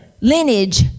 lineage